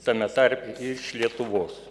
tame tarpe iš lietuvos